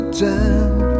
time